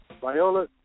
Viola